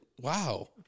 Wow